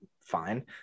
fine